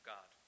God